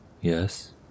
yes